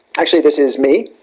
actually this is me,